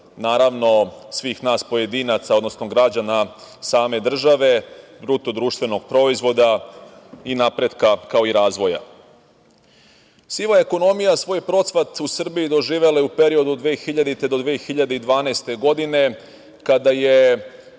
naravno, svih nas pojedinaca, odnosno građana same države, BDP i napretka kao i razvoja. Siva ekonomija svoj procvat u Srbiji doživela je u periodu od 2000. do 2012. godine kada je